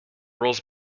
roles